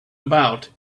about